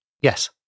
Yes